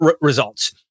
results